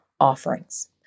offerings